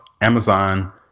Amazon